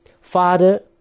Father